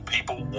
People